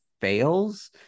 fails